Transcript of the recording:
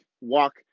walk